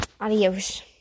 Adios